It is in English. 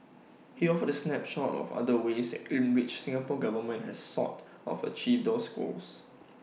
he offered the snapshot of other ways in which the Singapore Government has sought of achieve those goals